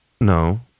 no